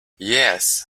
yes